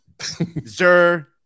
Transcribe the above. sir